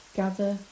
gather